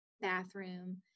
bathroom